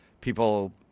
people